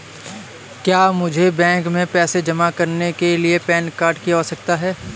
क्या मुझे बैंक में पैसा जमा करने के लिए पैन कार्ड की आवश्यकता है?